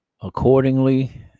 Accordingly